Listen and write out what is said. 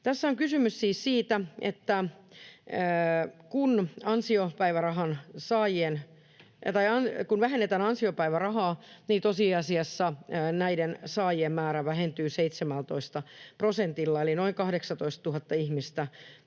Tässä on kysymys siis siitä, että kun vähennetään ansiopäivärahaa, niin tosiasiassa näiden saajien määrä vähentyy 17 prosentilla, eli noin 18 000 ihmistä on